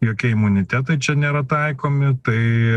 jokie imunitetai čia nėra taikomi tai